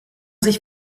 sich